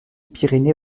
pyrénées